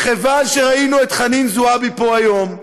מכיוון שראינו את חנין זועבי פה היום,